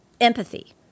Empathy